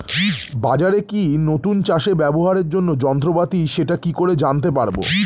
বাজারে কি নতুন চাষে ব্যবহারের জন্য যন্ত্রপাতি সেটা কি করে জানতে পারব?